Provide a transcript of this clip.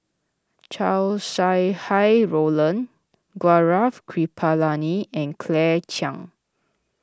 Chow Sau Hai Roland Gaurav Kripalani and Claire Chiang